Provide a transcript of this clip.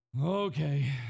okay